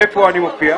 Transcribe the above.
איפה אני מופיע?